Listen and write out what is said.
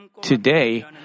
Today